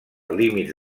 límits